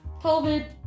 COVID